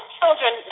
children